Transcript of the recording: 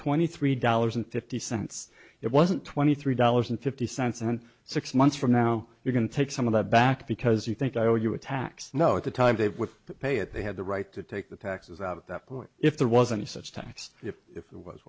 twenty three dollars and fifty cents it wasn't twenty three dollars and fifty cents and six months from now you can take some of that back because you think i owe you a tax know at the time they would pay it they had the right to take the taxes out at that point if there wasn't such tax if it was